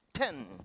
Ten